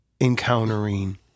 encountering